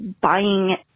buying